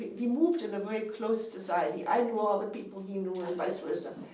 we moved in a very close society. i knew all the people he knew and vice versa.